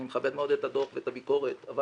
אני מכבד מאוד את הדוח ואת הביקורת אבל